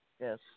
yes